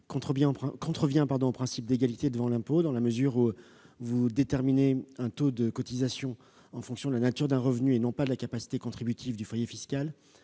contrevient au principe d'égalité devant l'impôt, dans la mesure où il vise à déterminer un taux de cotisation en fonction de la nature d'un revenu et non de la capacité contributive du foyer fiscal.